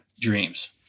dreams